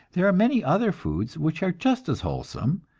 there are many other foods which are just as wholesome,